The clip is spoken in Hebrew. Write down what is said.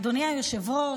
אדוני היושב-ראש,